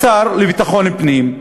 השר לביטחון פנים,